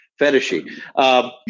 Fetishy